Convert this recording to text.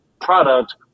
product